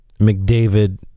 McDavid